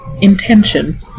intention